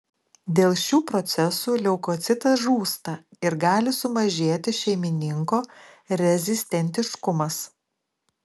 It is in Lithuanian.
dėl šių procesų leukocitas žūsta ir gali sumažėti šeimininko rezistentiškumas